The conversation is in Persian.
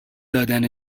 دادن